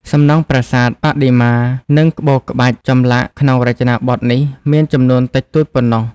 សំណង់ប្រាសាទ បដិមា និងក្បូរក្បាច់ចម្លាក់ក្នុងរចនាបថនេះមានចំនួនតិចតួចប៉ុណ្ណោះ។